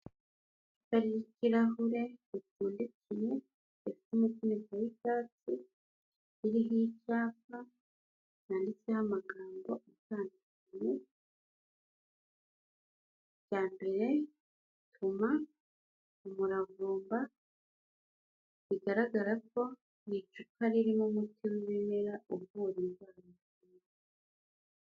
Hari ikirahure kipfundikiye gifite umufuniko w'icyatsi, uriho icyapa cyanditseho amagambo atandukanye, irya mbere bituma umuravumba, bigaragara ko iri icupa ririmo umuti w'ibimera uvuri indwa..